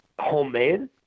Homemade